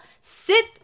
Sit